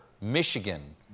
Michigan